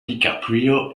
dicaprio